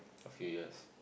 a few years